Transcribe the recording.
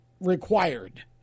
required